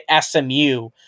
SMU